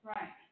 Right